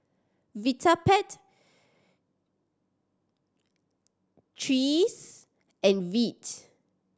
Vitapet threes and Veet